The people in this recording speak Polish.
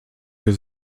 jest